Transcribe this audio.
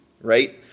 right